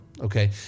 okay